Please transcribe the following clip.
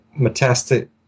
metastatic